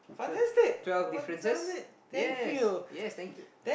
so twelve differences yes yes thank you